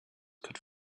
could